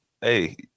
Hey